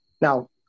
Now